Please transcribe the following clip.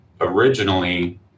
originally